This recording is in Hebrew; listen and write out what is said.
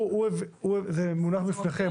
זה מונח בפניכם.